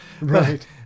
right